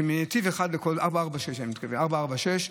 מנתיב אחד, אני מתכוון ל-446,